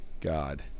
God